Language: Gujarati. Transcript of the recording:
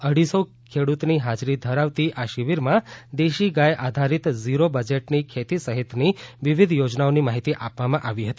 અઢીસો ખેડૂતની હાજરી ધરાવતી આ શિબિરમાં દેશી ગાય આધારિત ઝીરો બજેટની ખેતી સહિતની વિવિધ યોજનાઓની માહિતી આપવામાં આવી હતી